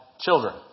children